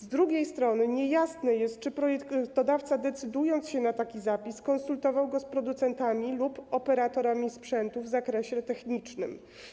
Z drugiej strony niejasne jest, czy projektodawca, decydując się na taki zapis, konsultował go z producentami lub operatorami sprzętów w zakresie technicznym.